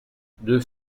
deux